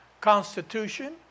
Constitution